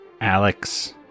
Alex